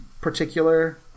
particular